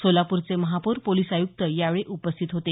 सोलापूरचे महापौर पोलिस आयुक्त यावेळी उपस्थित होते